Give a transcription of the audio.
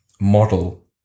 model